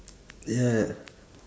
ya